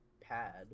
pad